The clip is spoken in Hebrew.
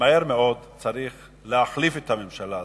ומהר מאוד צריך להחליף את הממשלה הזאת.